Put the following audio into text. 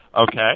Okay